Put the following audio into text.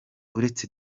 uretse